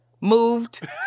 Moved